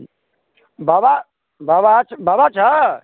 बाबा बाबा बाबा छऽ